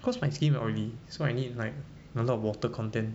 cause my skin oily so I need like a lot of water content